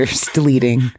deleting